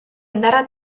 indarra